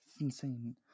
insane